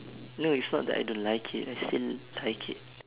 no it's not that I don't like it I still like it